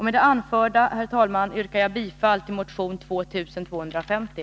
Med det anförda, herr talman, yrkar jag bifall till motion 2250.